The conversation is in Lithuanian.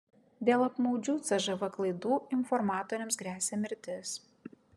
dėl apmaudžių cžv klaidų informatoriams gresia mirtis